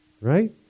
Right